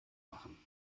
machen